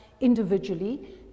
individually